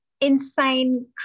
insane